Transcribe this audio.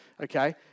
okay